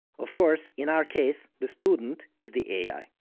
of course, in our case, the student is the ai.